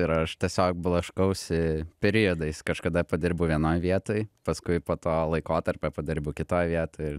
ir aš tiesiog blaškausi periodais kažkada padirbu vienoj vietoj paskui po to laikotarpio padirbu kitoj vietoj